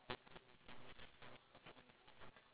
okay even the smallest things in life like